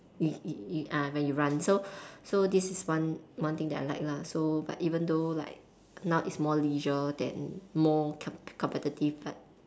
it it it ah when you run so so this one one thing that I like lah so but even though like now is more leisure than more compe~ competitive but